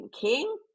king